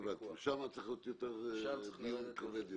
שם צריך להיות דיון כבד יותר.